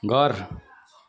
घर